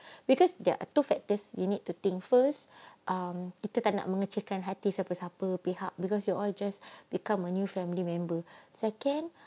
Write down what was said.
because there are two factors you need to think first um kita tak nak mengecewakan hati siapa siapa pihak because you all just become a new family member second